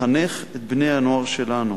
לחנך את בני-הנוער שלנו